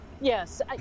Yes